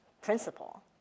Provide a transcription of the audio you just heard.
principle